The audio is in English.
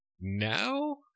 Now